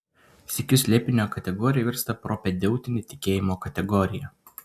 sykiu slėpinio kategorija virsta propedeutine tikėjimo kategorija